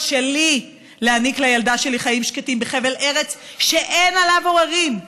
שלי להעניק לילדה שלי חיים שקטים בחבל ארץ שאין עליו עוררין.